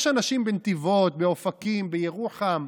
יש אנשים בנתיבות, באופקים, בירוחם.